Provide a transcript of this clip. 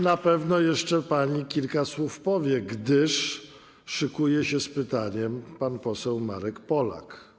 Na pewno jeszcze pani kilka słów powie, gdyż szykuje się z pytaniem pan poseł Marek Polak.